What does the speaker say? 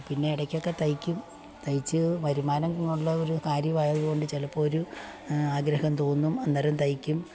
പിന്നെ ഇടയ്ക്കൊക്കെ തയ്ക്കും തയ്ച്ച് വരുമാനം ഉള്ള ഒരു കാര്യമായതു കൊണ്ട് ചിലപ്പോൾ ഒരു ആഗ്രഹം തോന്നും അന്നേരം തയ്ക്കും